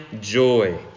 joy